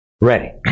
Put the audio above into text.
ready